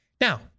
Now